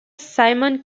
simon